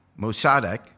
Mossadegh